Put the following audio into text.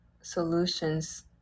solutions